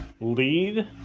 lead